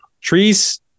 trees